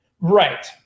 Right